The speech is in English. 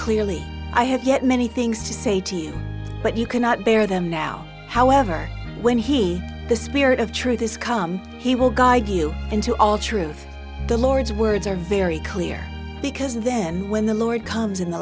clearly i have yet many things to say to you but you cannot bear them now however when he the spirit of truth is come he will guide you into all truth the lord's words are very clear because then when the lord comes in the